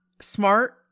smart